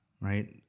right